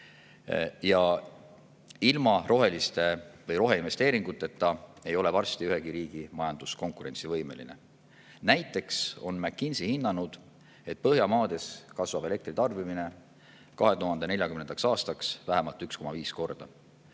Ja ilma roheinvesteeringuteta ei ole varsti ühegi riigi majandus konkurentsivõimeline. Näiteks on McKinsey hinnanud, et Põhjamaades kasvab elektri tarbimine 2040. aastaks vähemalt 1,5 korda.